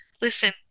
listen